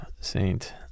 saint